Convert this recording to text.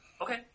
Okay